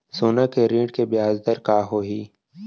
सोना के ऋण के ब्याज दर का होही?